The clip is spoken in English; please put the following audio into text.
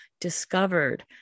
discovered